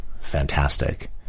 fantastic